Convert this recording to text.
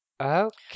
okay